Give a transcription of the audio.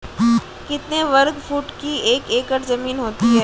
कितने वर्ग फुट की एक एकड़ ज़मीन होती है?